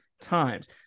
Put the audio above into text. times